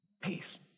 Peace